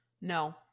no